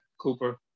Cooper